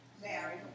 Mary